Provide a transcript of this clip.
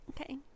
Okay